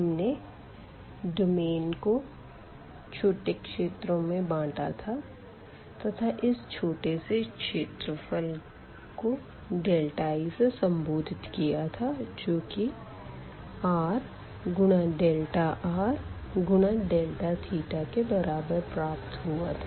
हमने डोमेन को छोटे क्षेत्रों में बाँटा था तथा इस छोटे से एरिया को डेल्टा i से सम्बोधित किया था जो की r गुणा डेल्टा r गुणा डेल्टा थीटा के बराबर प्राप्त हुआ था